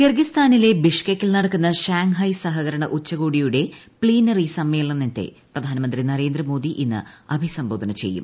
കിർഗിസ്ഥാനിലെ ബിഷ്കെകിൽ നടക്കുന്ന ഷാങ്ഹായ് സഹകരണ ഉച്ചകോടിയുടെ പ്തീനറി സമ്മേളനത്തെ പ്രധാനമന്ത്രി നരേന്ദ്രമോദി ഇന്ന് അഭിസംബോധന ചെയ്യും